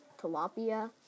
tilapia